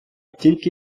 тільки